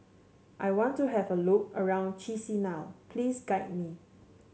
I want to have a look around Chisinau please guide me